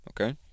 okay